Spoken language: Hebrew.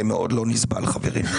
זה מאוד לא נסבל, חברים.